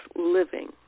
living